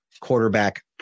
quarterback